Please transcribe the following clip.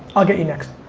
i'll get you next.